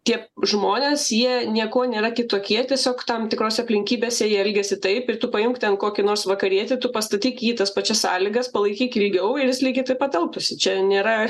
tie žmonės jie niekuo nėra kitokie tiesiog tam tikrose aplinkybėse jie elgiasi taip ir tu paimk ten kokį nors vakarietį pastatyk jį į tas pačias sąlygas palaikyk ilgiau ir jis lygiai taip pat elgtųsi čia nėra